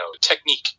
technique